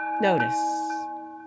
Notice